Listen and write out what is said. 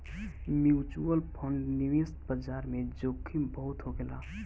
mutual fund निवेश बाजार में जोखिम बहुत होखेला